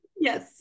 Yes